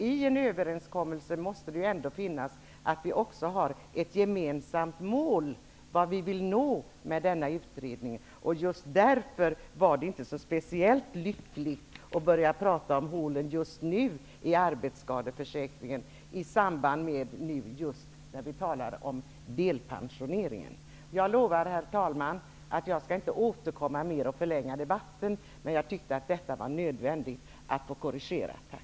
I en överenskommelse måste ändå finnas ett gemensamt mål, vad vi vill nå med denna utredning. Just därför var det inte speciellt lyckligt att börja prata om hålen i arbetsskadeförsäkringen just nu i samband med debatten om delpensioneringen. Jag lovar, herr talman, att inte återkomma mer och förlänga debatten. Men jag tyckte att det var nödvändigt att få korrigera detta.